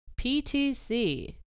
PTC